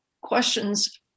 questions